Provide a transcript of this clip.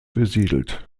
besiedelt